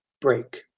break